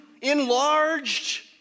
enlarged